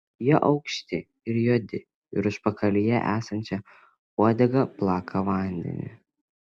jie aukšti ir juodi ir užpakalyje esančia uodega plaka vandenį